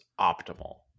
optimal